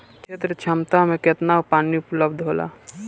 क्षेत्र क्षमता में केतना पानी उपलब्ध होला?